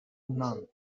none